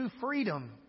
freedom